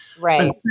Right